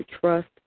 trust